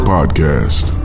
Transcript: Podcast